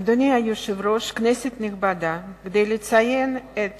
אדוני היושב-ראש, כנסת נכבדה, כדי לציין את